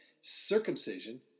circumcision